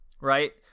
right